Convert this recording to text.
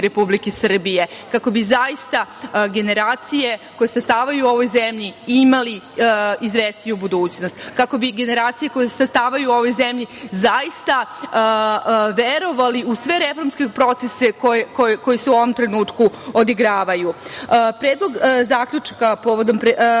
Republike Srbije, kako bi zaista generacije koje stasavaju u ovoj zemlji imale izvesniju budućnost, kako bi generacije koje stasavaju u ovoj zemlji zaista verovali u sve reformske procese koji se u ovom trenutku odigravaju. Predlog zaključaka povodom predstavljanja